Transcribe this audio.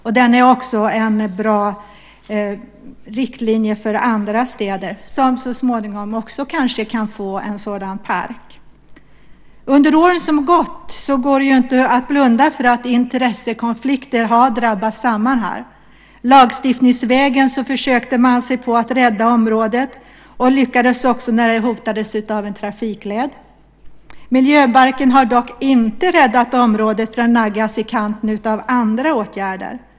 Parken är också en bra riktlinje för andra städer som så småningom också kanske kan få en sådan park. Det går inte att blunda för att intressekonflikter har uppstått under åren som har gått. Lagstiftningsvägen försökte man sig på att rädda området, och lyckades också, när den hotades av en trafikled. Miljöbalken har dock inte räddat området från att naggas i kanten av andra åtgärder.